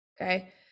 Okay